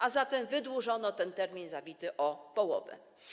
A zatem wydłużono ten termin zawity o połowę.